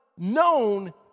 known